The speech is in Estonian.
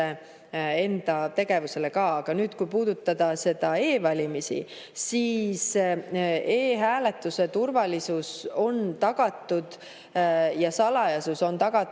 enda tegevusele ka. Aga kui puudutada e‑valimisi, siis e‑hääletuse turvalisus on tagatud, selle salajasus on tagatud